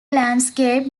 landscaped